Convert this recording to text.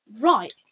Right